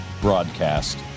broadcast